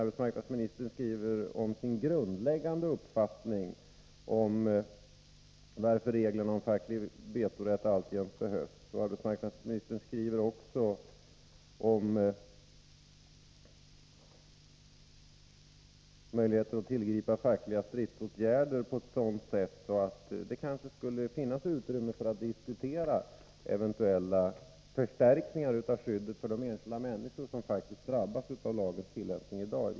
Arbetsmarknadsministern skriver att det är hennes grundläggande uppfattning att reglerna om facklig vetorätt behövs. Hon skriver också om möjligheterna att tillgripa fackliga stridsåtgärder på sådant sätt att det kanske skulle kunna finnas utrymme för att diskutera en eventuell förstärkning av skyddet för de enskilda människor som faktiskt i dag i vissa fall drabbas av lagens tillämpning.